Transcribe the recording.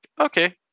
okay